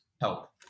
help